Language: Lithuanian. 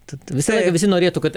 tad visai visi norėtų kad